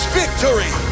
victory